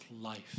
life